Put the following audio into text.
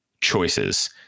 choices